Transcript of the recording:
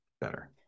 better